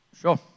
Sure